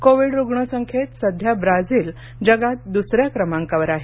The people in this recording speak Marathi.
कोविड रुग्णसंख्येत सध्या ब्राझील जगात द्सऱ्या क्रमांकावर आहे